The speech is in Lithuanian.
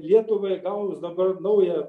lietuvai gavus dabar naują